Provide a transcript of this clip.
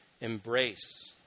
embrace